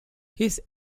his